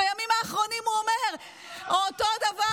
בימים האחרונים הוא אומר אותו דבר,